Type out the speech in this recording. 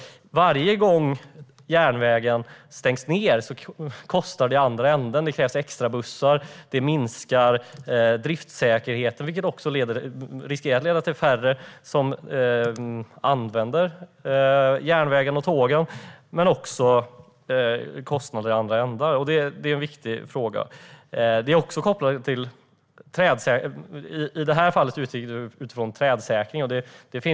Varje gång järnvägen stängs ned kostar det i andra änden - det krävs extrabussar och minskar driftssäkerheten, vilket också riskerar att leda till färre som använder järnvägen. Detta är en viktig fråga. I det här fallet talade vi om trädsäkring.